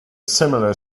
similar